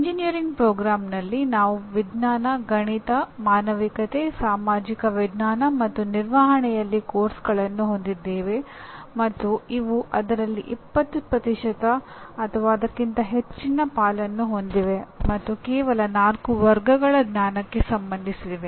engineering ಕಾರ್ಯಕ್ರಮದಲ್ಲಿ ನಾವು ವಿಜ್ಞಾನ ಗಣಿತ ಮಾನವಿಕತೆ ಸಾಮಾಜಿಕ ವಿಜ್ಞಾನ ಮತ್ತು ನಿರ್ವಹಣೆಯಲ್ಲಿ ಪಠ್ಯಕ್ರಮಗಳನ್ನು ಹೊಂದಿದ್ದೇವೆ ಮತ್ತು ಇವು ಅದರಲ್ಲಿ 20 ಅಥವಾ ಅದಕ್ಕಿಂತ ಹೆಚ್ಚಿನ ಪಾಲನ್ನು ಹೊಂದಿವೆ ಮತ್ತು ಕೇವಲ ನಾಲ್ಕು ವರ್ಗಗಳ ಜ್ಞಾನಕ್ಕೆ ಸಂಬಂಧಿಸಿವೆ